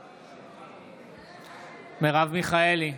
בעד מרב מיכאלי,